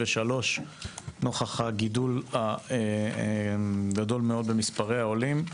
נוכח הגידול הגדול מאוד במספרי העולים,